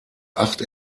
acht